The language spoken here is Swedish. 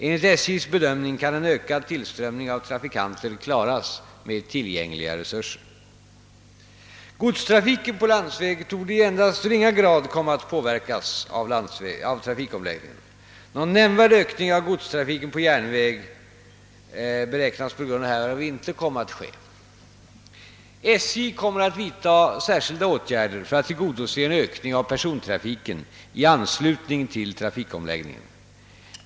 Enligt SJ:s bedömning kan en ökad tillströmning av trafikanter klaras med tillgängliga resurser. Godstrafiken på landsväg torde i endast ringa grad komma att påverkas av trafikomläggningen. Någon nämnvärd ökning av godstrafiken på järnväg beräknas på grund härav inte komma att ske. SJ kommer att vidta särskilda åtgärder för att tillgodose en ökning av persontrafiken i anslutning till trafikomläggningen.